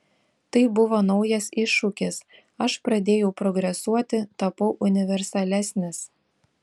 tai buvo naujas iššūkis aš pradėjau progresuoti tapau universalesnis